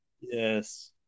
Yes